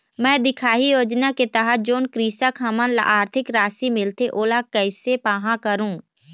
मैं दिखाही योजना के तहत जोन कृषक हमन ला आरथिक राशि मिलथे ओला कैसे पाहां करूं?